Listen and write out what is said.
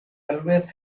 always